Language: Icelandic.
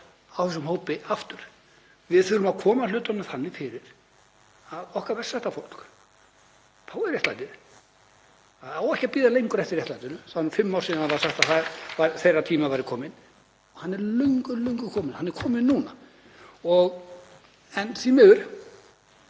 kr. Við þurfum að koma hlutunum þannig fyrir að okkar verst setta fólk fái réttlætið. Það á ekki að bíða lengur eftir réttlætinu. Fimm ár eru síðan að sagt var að þeirra tími væri kominn. Hann er löngu kominn, hann er kominn núna. En því miður